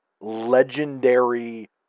legendary